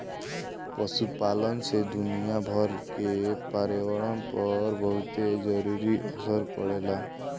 पशुपालन से दुनियाभर के पर्यावरण पर बहुते जरूरी असर पड़ेला